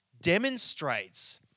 demonstrates